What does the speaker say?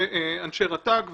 ואנשי רט"ג.